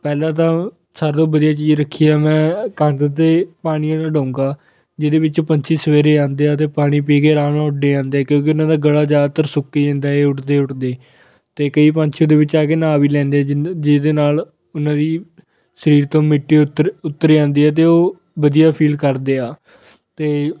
ਪਹਿਲਾਂ ਤਾਂ ਸਾਰਿਆਂ ਨਾਲੋਂ ਵਧੀਆ ਚੀਜ਼ ਰੱਖੀ ਆ ਮੈਂ ਕੰਧ 'ਤੇ ਪਾਣੀ ਵਾਲਾ ਡੋਂਗਾ ਜਿਹਦੇ ਵਿੱਚ ਪੰਛੀ ਸਵੇਰੇ ਆਉਂਦੇ ਆ ਅਤੇ ਪਾਣੀ ਪੀ ਕੇ ਆਰਾਮ ਨਾਲ ਉੱਡ ਜਾਂਦੇ ਕਿਉਂਕਿ ਉਹਨਾਂ ਦਾ ਗਲਾ ਜ਼ਿਆਦਾਤਰ ਸੁੱਕ ਜਾਂਦਾ ਹੈ ਉੱਡਦੇ ਉੱਡਦੇ ਅਤੇ ਕਈ ਪੰਛੀ ਉਹਦੇ ਵਿੱਚ ਆ ਕੇ ਨਹਾ ਵੀ ਲੈਂਦੇ ਜਿਨ ਜਿਹਦੇ ਨਾਲ ਉਹਨਾਂ ਦੀ ਸਰੀਰ ਤੋਂ ਮਿੱਟੀ ਉੱਤਰ ਉੱਤਰ ਜਾਂਦੀ ਹੈ ਅਤੇ ਉਹ ਵਧੀਆ ਫੀਲ ਕਰਦੇ ਆ ਅਤੇ